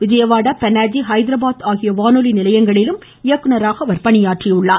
விஜயவாடா பனாஜி ஹைதராபாத் ஆகிய வானொலி நிலையங்களிலும் இயக்குநராக அவர் பணியாற்றியுள்ளார்